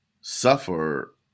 suffer